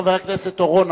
חבר הכנסת אורון,